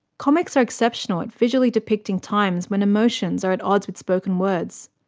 comics are exceptional at visually depicting times when emotions are at odds with spoken words,